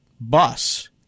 bus